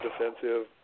defensive